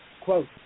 Quote